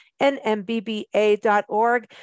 nmbba.org